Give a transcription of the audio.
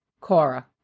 Cora